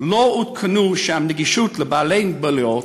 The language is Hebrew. לא הותקנה שם נגישות לבעלי מוגבלויות,